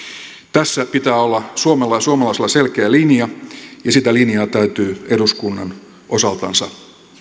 tässä pitää olla suomella ja suomalaisilla selkeä linja ja sitä linjaa täytyy eduskunnan osaltansa